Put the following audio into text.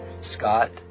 Scott